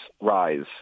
rise